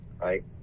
right